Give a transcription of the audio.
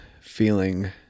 feeling